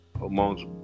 amongst